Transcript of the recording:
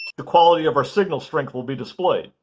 the quality of our signal strength will be displayed.